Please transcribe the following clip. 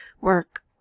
work